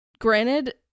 granted